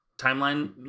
timeline